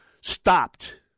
stopped